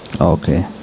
Okay